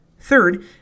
Third